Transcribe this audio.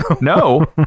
No